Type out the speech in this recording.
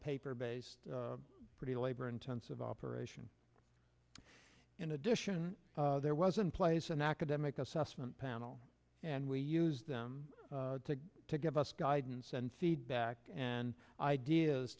paper based pretty labor intensive operation in addition there was in place an academic assessment panel and we use them to give us guidance and feedback and ideas